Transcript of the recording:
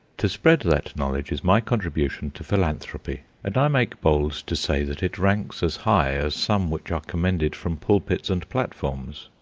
to spread that knowledge is my contribution to philanthropy, and i make bold to say that it ranks as high as some which are commended from pulpits and platforms.